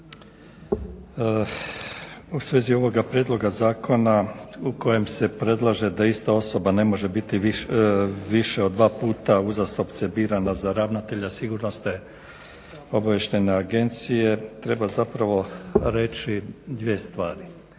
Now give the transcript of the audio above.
U svezi ovoga prijedloga zakona u kojem se predlaže da ista osoba ne može biti više od dva puta uzastopce birana za ravnatelja Sigurnosno-obavještajne agencije treba zapravo reći dvije stvari.